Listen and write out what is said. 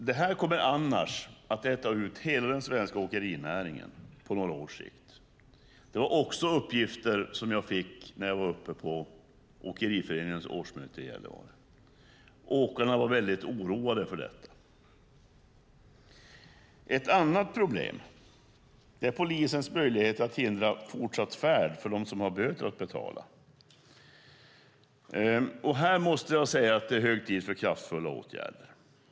Det här kommer annars att äta ut hela den svenska åkerinäringen på några års sikt. Det var också uppgifter som jag fick när jag var på Åkeriföretagens årsmöte i Gällivare. Åkarna var väldigt oroade över detta. Ett annat problem är polisens möjligheter att hindra fortsatt färd för dem som har böter att betala. Här är det hög tid att vidta kraftfulla åtgärder.